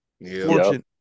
Fortune